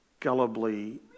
gullibly